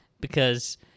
because-